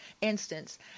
instance